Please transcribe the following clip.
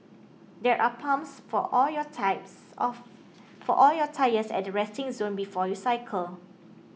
there are pumps for all your types of for all your tyres at the resting zone before you cycle